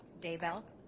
Daybell